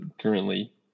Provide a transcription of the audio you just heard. currently